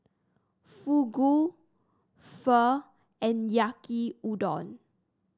Fugu Pho and Yaki Udon